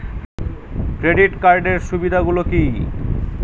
Credit কার্ডের সুবিধা গুলো কি?